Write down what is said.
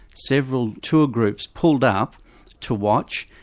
several tour groups pulled up to watch,